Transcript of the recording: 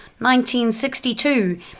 1962